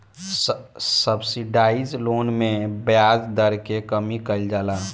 subsidised loan में ब्याज दर के कमी कइल जाला